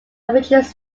ambitious